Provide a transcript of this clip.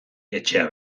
etxea